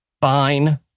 Fine